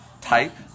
type